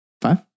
five